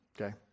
Okay